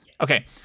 Okay